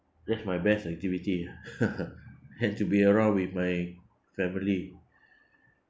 that's my best activity and to be around with my family